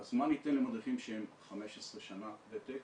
אז מה ניתן למדריכים שהם 15 שנה וותק.